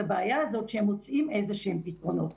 הבעיה הזאת שהם מוצאים איזה שהם פתרונות.